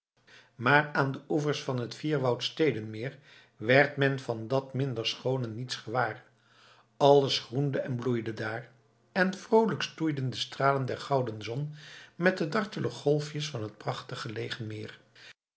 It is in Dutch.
maar aan de oevers van het vier woudsteden meer werd men van dat minder schoone niets gewaar alles groende en bloeide daar en vroolijk stoeiden de stralen der gouden zon met de dartele golfjes van het prachtig